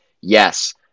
yes